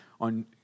on